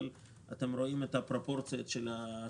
אבל אתם רואים את הפרופורציות של ההשקעות